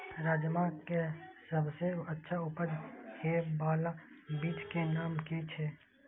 राजमा के सबसे अच्छा उपज हे वाला बीज के नाम की छे?